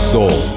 Soul